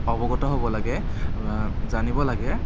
অৱগত হ'ব লাগে জানিব লাগে